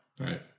right